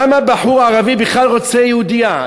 למה בחור ערבי בכלל רוצה יהודייה?